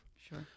sure